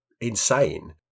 insane